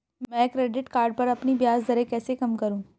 मैं credit card पर अपनी ब्याज दरें कैसे कम करूँ?